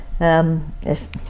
Yes